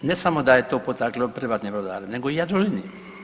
Da, ne samo da je to potaklo privatne brodare nego i Jadroliniju.